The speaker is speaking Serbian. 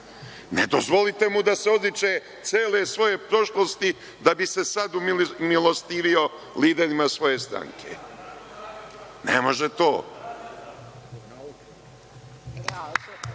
Ne dozvolite mu da se odriče cele svoje prošlosti da bi se sada umilostivio liderima svoje stranke, ne može to.